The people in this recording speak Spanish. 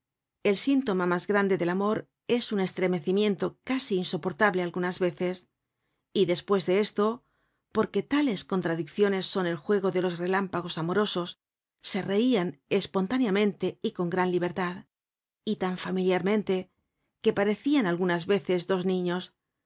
el síntoma mas grande del amor es un estremecimiento casi insoportable algunas veces y despues de estoporque tales contradicciones son el juego de los relámpagos amorososse reian espontáneamente y con gran libertad y tan familiarmente que parecian algunas veces dos niños